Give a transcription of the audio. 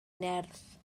nerth